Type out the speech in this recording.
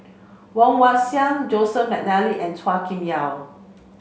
Woon Wah Siang Joseph Mcnally and Chua Kim Yeow